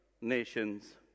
nations